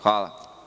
Hvala.